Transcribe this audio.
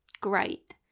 great